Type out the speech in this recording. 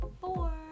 four